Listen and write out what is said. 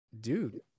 Dude